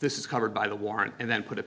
this is covered by the warrant and then put it